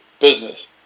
business